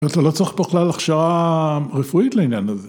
אתה לא צריך בכלל הכשרה רפואית לעניין הזה.